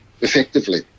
effectively